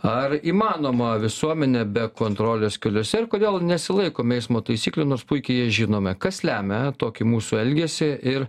ar įmanoma visuomenė be kontrolės keliuose ir kodėl nesilaikoma eismo taisyklių nors puikiai jas žinome kas lemia tokį mūsų elgesį ir